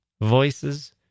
voices